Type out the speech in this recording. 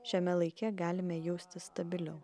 šiame laike galime jaustis stabiliau